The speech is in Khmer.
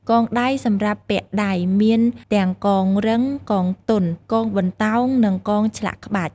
កងដៃ សម្រាប់ពាក់ដៃ មានទាំងកងរឹង កងទន់ កងបន្តោង និងកងឆ្លាក់ក្បាច់។